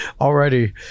Already